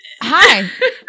Hi